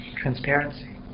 Transparency